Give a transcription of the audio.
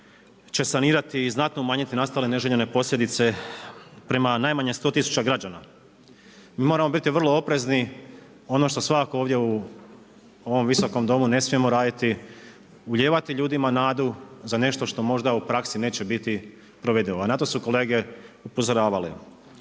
će sanirati i znatno umanjiti nastale neželjene posljedice prema najmanje 100 tisuća građana. Mi moramo biti vrlo oprezni, ono što svakako ovdje u ovom Visokom domu ne smijemo raditi ulijevati ljudima nadu za nešto što možda u praksi neće biti provedivo, a na to su kolege upozoravali.